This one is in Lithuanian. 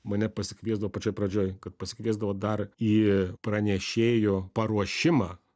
mane pasikviesdavo pačioj pradžioj kad pasikviesdavo dar į pranešėjo paruošimą